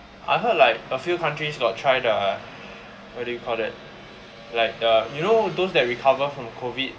I heard like a few countries got try the what do you call that like the you know those that recover from COVID